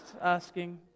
asking